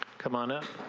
come on a